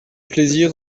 plaisir